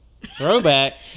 Throwback